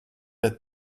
that